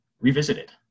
revisited